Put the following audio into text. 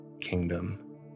Kingdom